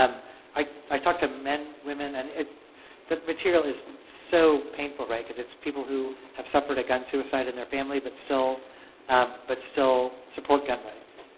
um i i talk to men, women, and the material is so painful, right, because it's people who have suffered a gun suicide in their family but still um but still support gun rights.